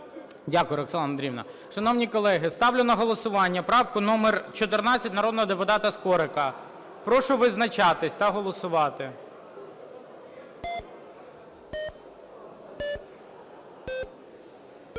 Дякую, Роксолана Андріївна. Шановні колеги, ставлю на голосування правку номер 14 народного депутата Скорика. Прошу визначатись та голосувати.